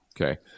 Okay